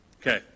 Okay